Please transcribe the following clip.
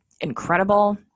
incredible